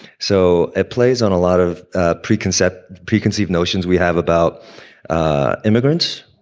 so it plays on a lot of ah preconceptions, preconceived notions we have about ah immigrants.